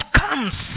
comes